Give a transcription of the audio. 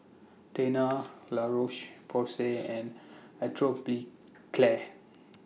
Tena La Roche Porsay and Atopiclair